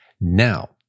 Now